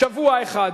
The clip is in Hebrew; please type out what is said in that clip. שבוע אחד.